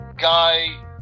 guy